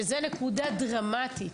שזו נקודה דרמטית.